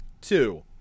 Two